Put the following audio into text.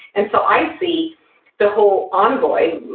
and so i see the whole envoy,